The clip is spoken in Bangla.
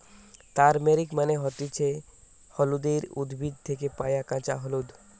তারমেরিক মানে হতিছে হলুদের উদ্ভিদ থেকে পায়া কাঁচা হলুদ